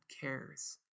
cares